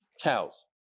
cows